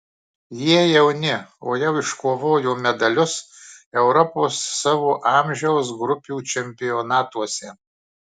jie jauni o jau iškovojo medalius europos savo amžiaus grupių čempionatuose